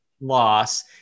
loss